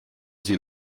sie